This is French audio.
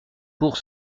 pour